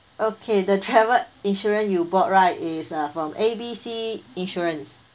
okay the travel insurance you bought right is uh from A B C insurance